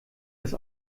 das